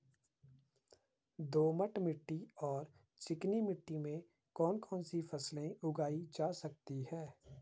दोमट मिट्टी और चिकनी मिट्टी में कौन कौन सी फसलें उगाई जा सकती हैं?